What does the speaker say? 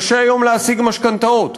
קשה היום להשיג משכנתאות.